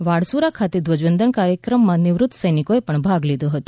વાળસુરા ખાતે ધ્વજ વંદન કાર્યક્રમ માં નિવૃત સૈનિકોએ પણ ભાગ લીધો હતો